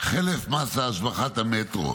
חרף מס השבחת המטרו